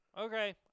okay